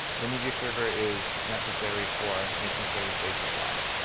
the meteor server is necessary for making sure the page is live.